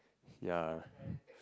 ya